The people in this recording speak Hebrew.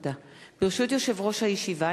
ברשות יושב-ראש הישיבה,